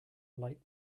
light